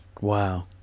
Wow